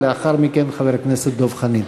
לאחר מכן, חבר הכנסת דב חנין.